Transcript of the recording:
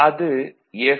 அது எஸ்